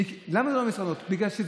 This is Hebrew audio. למה משרד העבודה?